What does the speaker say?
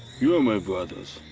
you're my brothers.